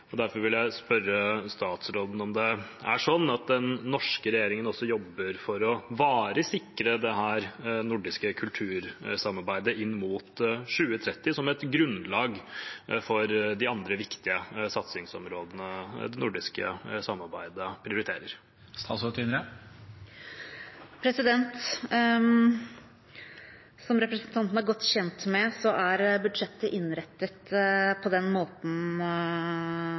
Derfor vil jeg spørre statsråden: Er det sånn at den norske regjeringen også jobber for varig å sikre det nordiske kultursamarbeidet inn mot 2030, som et grunnlag for de andre viktige satsingsområdene det nordiske samarbeidet prioriterer? Som representanten er godt kjent med, er budsjettet innrettet på den måten